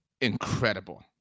incredible